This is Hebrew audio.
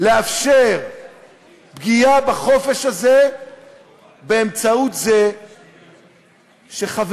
לאפשר פגיעה בחופש הזה באמצעות זה שחברים,